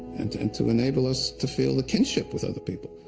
and and to enable us to feel the kinship with other people,